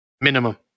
minimum